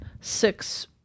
six